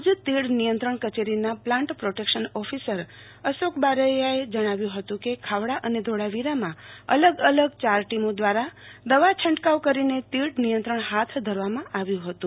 ભુજ તીડ નિયંત્રણ કચેરીના પ્લાન્ટ પ્રોટેકશન ઓફિસર અશોક બારૈયાએ જણાવ્યું હતું કે ખાવડા અને ધોળાવીરામાં અલગ અલગ ચાર ટીમો દ્વારા દવા છંટકાવ કરીને તીડ નિયંત્રણ હાથ ધરવામાં આવ્યું હતું